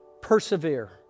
Persevere